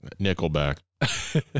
Nickelback